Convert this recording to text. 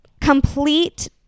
complete